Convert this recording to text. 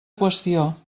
qüestió